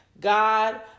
God